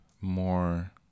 more